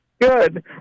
Good